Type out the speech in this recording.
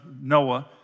Noah